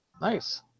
Nice